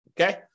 okay